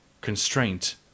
constraint